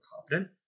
confident